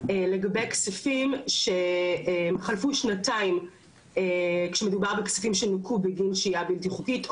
לגבי כספים שחלפו שנתיים כשמדובר בכספים שנוכו בגין שהייה בלתי חוקית,